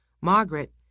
Margaret